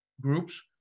groups